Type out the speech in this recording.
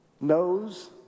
knows